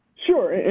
sure.